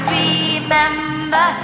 remember